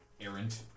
errant